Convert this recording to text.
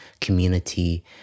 community